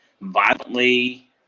violently